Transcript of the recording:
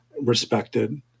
respected